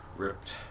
ripped